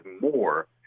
more